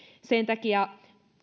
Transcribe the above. sen takia